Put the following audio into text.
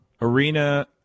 arena